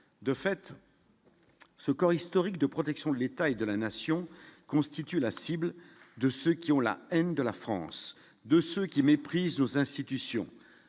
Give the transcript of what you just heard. de fait. Ce corps historique de protection de l'État et de la nation, la cible de ceux qui ont la haine de la France, de ceux qui méprisent nos institutions